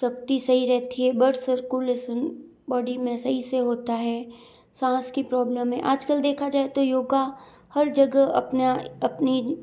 शक्ति सही रहती है ब्लड सरकुलेसन बॉडी में सही से होता है साँस की प्रॉब्लम में आजकल देखा जाए तो योग हर जगह अपना अपनी